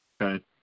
Okay